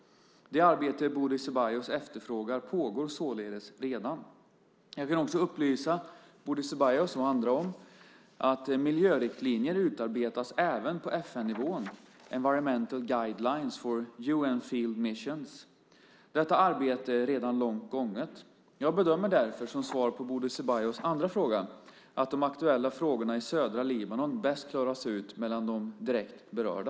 Det arbete Bodil Ceballos efterfrågar pågår således redan. Jag kan också upplysa Bodil Ceballos och andra om att miljöriktlinjer utarbetas även på FN-nivån, Environmental Guidelines for UN Field Missions . Detta arbete är redan långt gånget. Jag bedömer därför - som svar på Bodil Ceballos andra fråga - att de aktuella frågorna i södra Libanon bäst klaras ut mellan de direkt berörda.